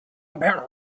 apparent